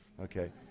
okay